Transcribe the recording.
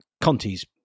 Conti's